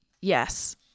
Yes